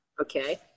Okay